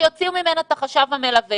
שיוציאו ממנה את החשב המלווה.